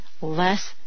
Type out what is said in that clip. less